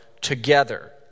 together